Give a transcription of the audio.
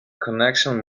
connection